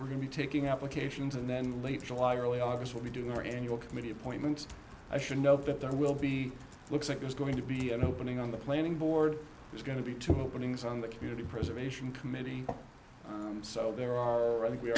we're going to be taking applications and then late july early august when we do our annual committee appointments i should know that there will be looks like there's going to be an opening on the planning board there's going to be two openings on the community preservation committee so there are or i think we